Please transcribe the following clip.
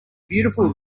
beautiful